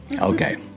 Okay